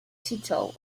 title